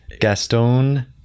gaston